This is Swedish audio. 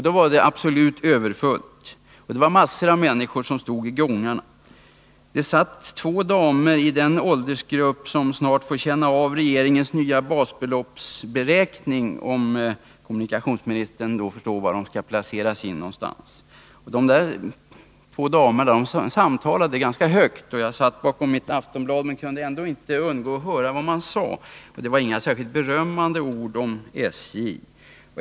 Då var det absolut överfullt, och massor av människor stod i gångarna. I en vagn satt två damer i den åldersgrupp som snart får känna av regeringens nya basbeloppsberäkning, om kommunikationsministern då förstår var de skall placeras in. De samtalade ganska högt. Jag satt bakom mitt Aftonblad men kunde ändå inte undgå att höra vad de sade, och det var inga särskilt berömmande ord om SJ.